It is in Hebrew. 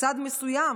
צד מסוים